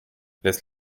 laisse